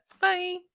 Bye